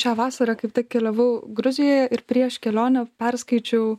šią vasarą kaip tik keliavau gruzijoje ir prieš kelionę perskaičiau